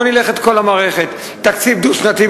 בוא נלך את כל המערכת: תקציב דו-שנתי,